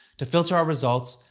to filter our results,